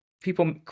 people